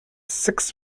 six